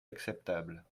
acceptables